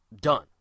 done